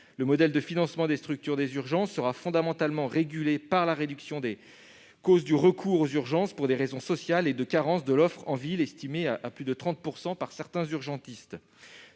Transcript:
Le modèle de financement des structures des urgences sera fondamentalement régulé par la réduction des causes du recours aux urgences pour des raisons sociales ou de carence de l'offre en ville, estimées à plus de 30 % par certains urgentistes.